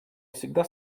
всегда